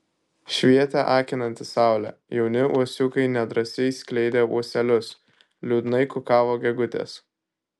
švietė akinanti saulė jauni uosiukai nedrąsiai skleidė ūselius liūdnai kukavo gegutės